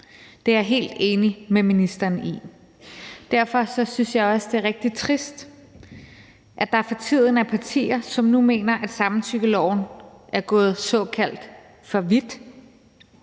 Det er jeg helt enig med ministeren i. Derfor synes jeg også, det er rigtig trist, at der for tiden er partier, som nu mener, at samtykkeloven er gået såkaldt for vidt,